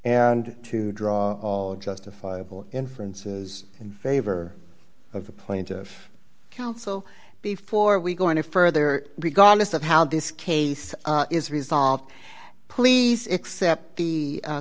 and to draw all justifiable inferences in favor of the plaintiff counsel before we go any further regardless of how this case is resolved please accept the